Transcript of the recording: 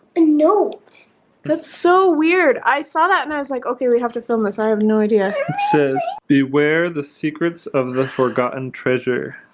and nope, that's so weird i saw that and i was like okay we have to film us i have no idea it says beware the secrets of the forgotten treasure